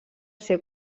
ser